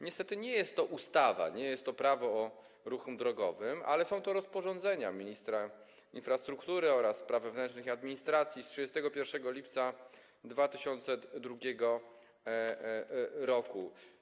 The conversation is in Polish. Niestety nie jest to ustawa, nie jest to Prawo o ruchu drogowym, ale jest to rozporządzenie ministrów infrastruktury oraz spraw wewnętrznych i administracji z 31 lipca 2002 r.